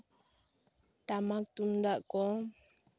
ᱴᱟᱢᱟᱠ ᱛᱩᱢᱫᱟᱜ ᱠᱚ